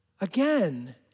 Again